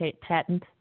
patent